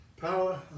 power